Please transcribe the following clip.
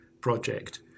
project